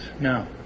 No